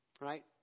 Right